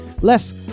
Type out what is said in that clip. Less